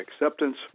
acceptance